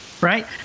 Right